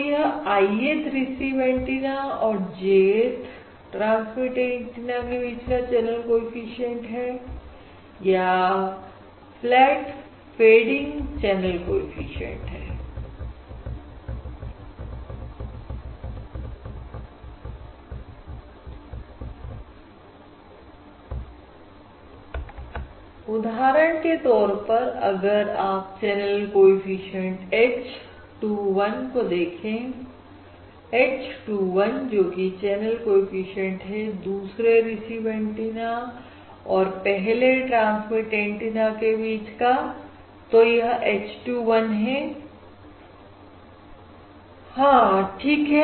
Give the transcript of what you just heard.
तो यह ith receive antenna और jth ट्रांसमिट एंटीना के बीच का चैनल कोएफिशिएंट है या फ्लैट फैडिंग चैनल कोएफिशिएंट है उदाहरण के तौर पर अगर आप चैनल कोएफिशिएंट h 2 1 को देखें h 21 जोकि चैनल कोएफिशिएंट है दूसरे रिसीव एंटीना और पहले ट्रांसमिट एंटीना के बीच का तो यह h 21 है हां ठीक है